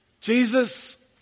Jesus